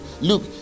look